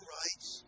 rights